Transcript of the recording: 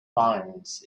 finds